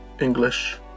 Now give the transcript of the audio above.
English